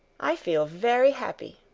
i feel very happy.